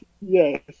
yes